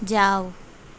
જાવ